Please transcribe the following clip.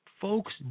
Folks